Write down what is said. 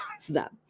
stop